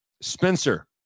Spencer